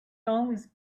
always